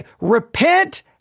repent